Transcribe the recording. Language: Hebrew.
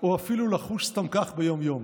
או אפילו לחוש סתם כך ביום-יום".